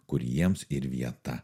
kur jiems ir vieta